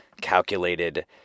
calculated